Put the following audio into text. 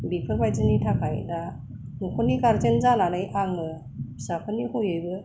बेफोरबादिनि थाखाय दा नखरनि गार्जेन जानानै आंङो फिसाफोरनि हयैबो